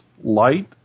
light